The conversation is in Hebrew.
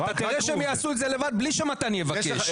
אתה תראה שהם יעשו את זה לבד בלי שמתן יבקש.